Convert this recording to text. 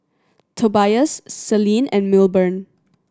Tobias Selene and Milburn